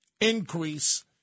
increase